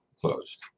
closed